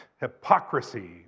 hypocrisy